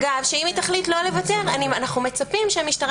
אם היא תחליט לא לוותר ואז אנחנו מצפים שהמשטרה